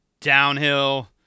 downhill